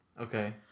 okay